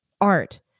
art